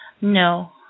No